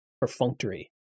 perfunctory